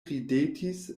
ridetis